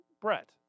Brett